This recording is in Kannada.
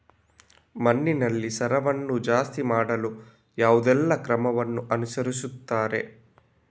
ಮಣ್ಣಿನಲ್ಲಿ ಸಾರವನ್ನು ಜಾಸ್ತಿ ಮಾಡಲು ಯಾವುದೆಲ್ಲ ಕ್ರಮವನ್ನು ಅನುಸರಿಸುತ್ತಾರೆ